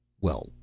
well,